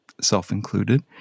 self-included